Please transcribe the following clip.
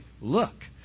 look